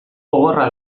gogorra